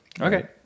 Okay